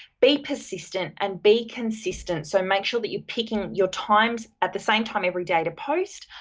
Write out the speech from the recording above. be persistent and be consistent, so, make sure that you're picking your times at the same time every day to post,